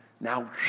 now